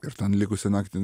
ir ten likusią naktį